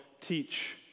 teach